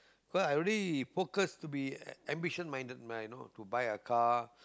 cause I already focus to be a~ ambition minded my you know to buy a car